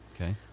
Okay